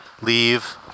leave